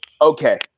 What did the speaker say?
Okay